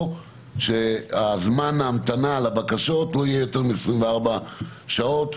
קבענו שזמן ההמתנה לבקשות לא יהיה יותר מ-24 שעות.